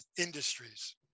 industries